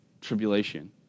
tribulation